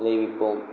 விளைவிப்போம்